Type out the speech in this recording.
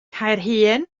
caerhun